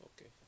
Okay